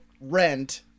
rent